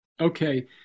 Okay